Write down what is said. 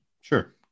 sure